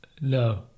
no